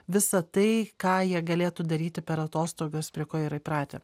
visa tai ką jie galėtų daryti per atostogas prie ko yra įpratę